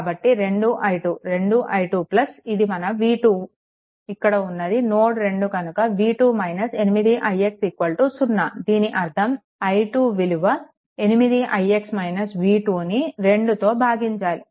కాబట్టి 2i2 2i2 ఇది మన v2 ఇక్కడ ఉన్నది నోడ్ 2 కనుక v2 8ix 0 దీని అర్దం i2 విలువ ను 2తో భాగించాలి